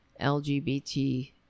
LGBT